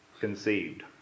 conceived